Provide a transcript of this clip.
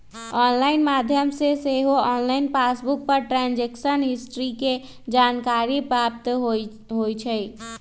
online माध्यम से सेहो ऑनलाइन पासबुक पर ट्रांजैक्शन हिस्ट्री के जानकारी प्राप्त हो जाइ छइ